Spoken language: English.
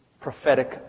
prophetic